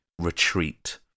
retreat